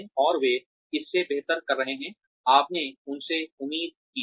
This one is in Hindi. और वे इससे बेहतर कर रहे हैं आपने उनसे उम्मीद की थी